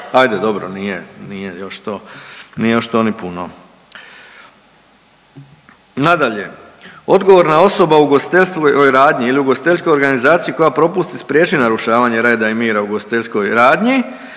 nije još to, nije još to ni puno. Nadalje, odgovorna osoba u ugostiteljskoj radnji ili u ugostiteljskoj organizaciji koja propusti spriječiti narušavanje reda i mira u ugostiteljskoj radnji